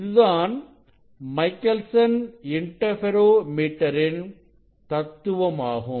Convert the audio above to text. இதுதான் மைக்கேல்சன் இன்ட்ரோ மீட்டரின் தத்துவமாகும்